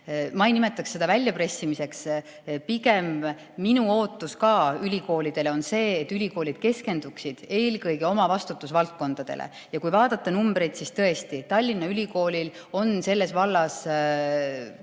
Ma ei nimetaks seda väljapressimiseks. Pigem minu ootus ülikoolidele on see, et ülikoolid keskenduksid eelkõige oma vastutusvaldkondadele. Ja kui vaadata numbreid, siis tõesti Tallinna Ülikoolil on selles vallas